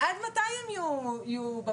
עד מתי הן יהיו בבית?